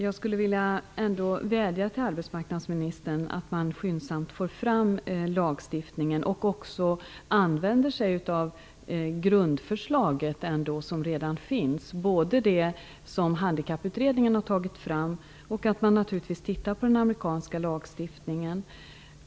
Fru talman! Jag vädjar till arbetsmarknadsministern. Det är viktigt att skyndsamt få fram en lagstiftning. Det gäller att också använda sig av grundförslag som redan finns och som Handikapputredningen tagit fram. Det gäller också att titta på den amerikanska lagstiftningen.